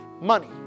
money